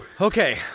Okay